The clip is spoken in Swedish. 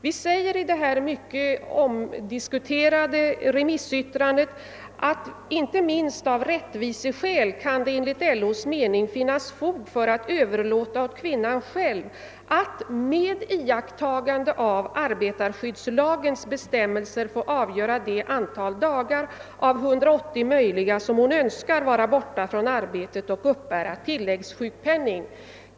LO säger i detta mycket omdiskuterade remissyttrande att det inte minst av rättviseskäl kan finnas fog för att överlåta åt kvinnan själv att med iakttagande av arbetarskyddslagens bestämmelser få avgöra det antal dagar av 180 möjliga som hon önskar vara borta från arbetet och uppbära tilläggssjukpenning.